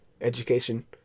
education